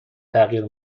تغییر